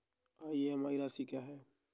EMI राशि क्या है?